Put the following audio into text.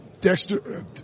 Dexter –